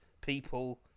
people